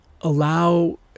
allow